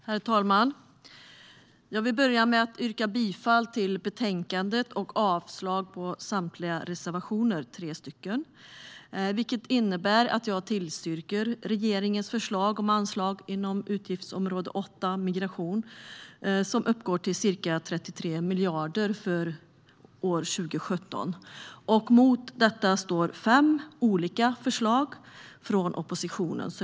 Herr talman! Jag vill börja med att yrka bifall till förslaget i betänkandet och avslag på samtliga tre reservationer. Det innebär att jag yrkar bifall till regeringens förslag om anslag inom utgiftsområde 8 Migration, som uppgår till ca 33 miljarder för år 2017. Mot detta står fem olika förslag från oppositionen.